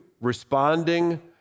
responding